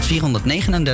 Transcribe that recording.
439